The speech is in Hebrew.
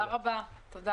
הישיבה ננעלה בשעה